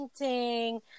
painting